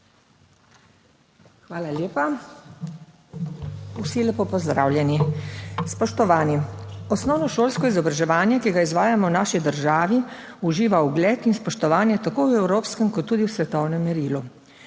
Hvala lepa. Vsi lepo pozdravljeni. Spoštovani! Osnovnošolsko izobraževanje, ki ga izvajamo v naši državi, uživa ugled in spoštovanje tako v evropskem kot tudi v svetovnem merilu.